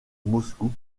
moscou